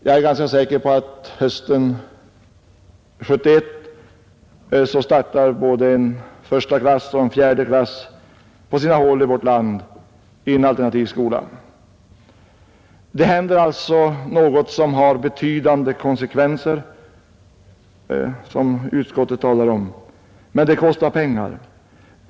Jag är ganska säker på att hösten 1971 startas på sina håll i vårt land både en första klass och en fjärde klass i en alternativ skola. Det händer alltså något som har betydande konsekvenser, som utskottet talar om. Men det kostar pengar.